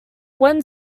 when